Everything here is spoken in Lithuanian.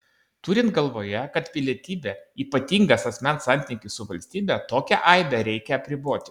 turint galvoje kad pilietybė ypatingas asmens santykis su valstybe tokią aibę reikia apriboti